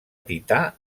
tità